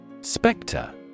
SPECTRE